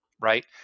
right